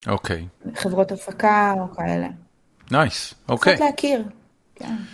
אוקיי.חברות הפקה או כאלה. נייס, אוקיי. צריך להכיר.